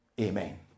Amen